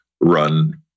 run